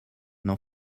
n’en